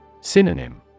Synonym